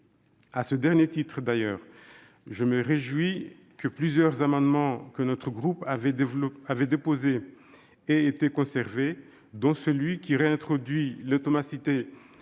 À ce dernier titre, d'ailleurs, je me réjouis que plusieurs amendements que notre groupe avait déposés aient été conservés, dont celui qui réintroduit l'automaticité